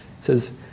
says